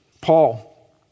Paul